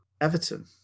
Everton